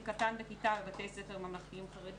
קטן בכיתה בבתי ספר ממלכתיים-חרדיים,